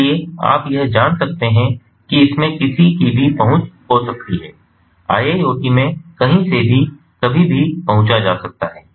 इसलिए आप यह जान सकते हैं कि इसमे किसी की भी पहुंच हो सकती है IIoT में कहीं से भी कभी भी पहुँचा जा सकता है